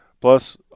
plus